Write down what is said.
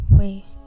Wait